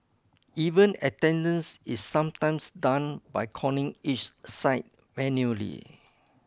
even attendance is sometimes done by calling each site manually